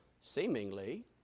Seemingly